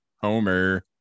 Homer